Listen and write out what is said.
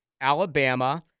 Alabama